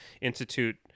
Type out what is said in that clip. institute